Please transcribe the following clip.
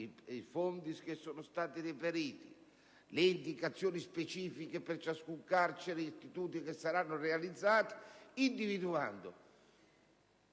i fondi reperiti, le indicazioni specifiche per le carceri e gli istituti che saranno realizzati, individuando